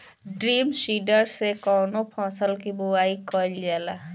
Drum seeder से कवने फसल कि बुआई कयील जाला?